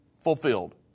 fulfilled